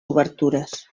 obertures